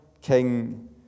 king